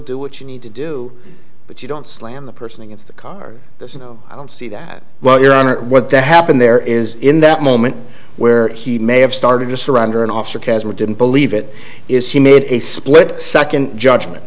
do what you need to do but you don't slam the person against the car there's no i don't see that well your honor what the happened there is in that moment where he may have started to surrender an officer chasm or didn't believe it is he made a split second judgment